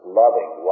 loving